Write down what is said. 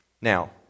Now